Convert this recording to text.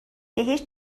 بهش